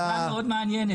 זאת ועדה מאוד מעניינת.